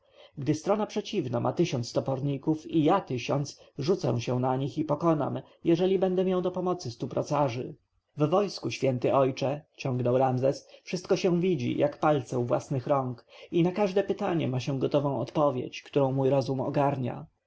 strona przeciwna ma tysiąc toporników i ja tysiąc rzucę się na nich i pokonam jeżeli będę miał do pomocy stu procarzy w wojsku święty ojcze ciągnął ramzes wszystko się widzi jak palce u własnych rąk i na każde pytanie ma się gotową odpowiedź którą mój rozum ogarnia